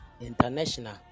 International